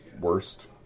worst